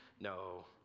No